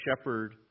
shepherd